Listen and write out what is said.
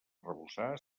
arrebossar